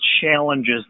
challenges